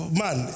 man